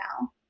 now